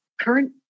current